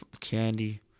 candy